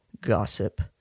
gossip